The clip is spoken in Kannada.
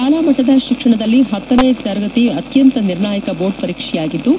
ಶಾಲಾ ಮಟ್ಲದ ಶಿಕ್ಷಣದಲ್ಲಿ ಹತ್ತನೇ ತರಗತಿ ಅತ್ಯಂತ ನಿರ್ಣಾಯಕ ಬೋರ್ಡ್ ಪರೀಕ್ಷೆಯಾಗಿದ್ದು